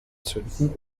zünden